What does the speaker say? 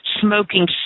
smoking